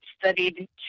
studied